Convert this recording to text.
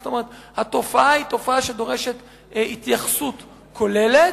כלומר, התופעה היא תופעה שדורשת התייחסות כוללת,